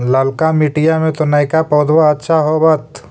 ललका मिटीया मे तो नयका पौधबा अच्छा होबत?